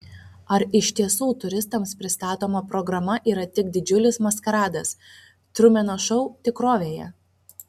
ar iš tiesų turistams pristatoma programa yra tik didžiulis maskaradas trumeno šou tikrovėje